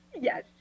yes